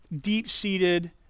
deep-seated